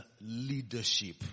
leadership